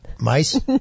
mice